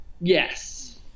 yes